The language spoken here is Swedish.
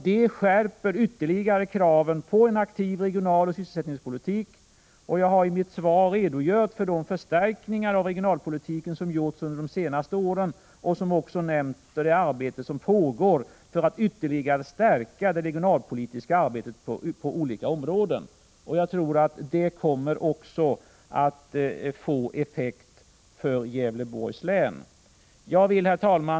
Det skärper ytterligare kravet på en aktiv regional sysselsättningspolitik, och jag har i mitt svar redogjort för de förstärkningar av regionalpolitiken som gjorts under de senaste åren och också nämnt det arbete som pågår för att ytterligare stärka det regionalpolitiska arbetet på olika områden. Det kommer också att få effekt för Gävleborgs län. Herr talman!